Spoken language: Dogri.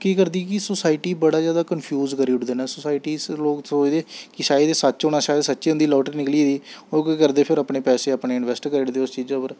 केह् करदी कि सोसाइटी गी बड़ा जैदा कंफ्यूज करी ओड़दे न सोसाइटी च लोग सोचदे कि शायद एह् सच्च होना शायद सच्चे उं'दी लाटरी निकली गेदी ओह् केह् करदे फिर अपने पैसे अपने इंवैस्ट करी ओड़दे उस चीजै उप्पर